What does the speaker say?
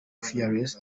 fearless